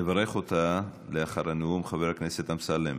יברך אותה לאחר הנאום חבר הכנסת אמסלם.